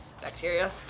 Bacteria